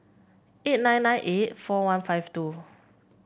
eight nine nine eight four one five two